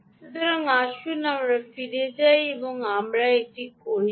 সুতরাং আসুন আমরা ফিরে যাই এবং আমরা এটি করি না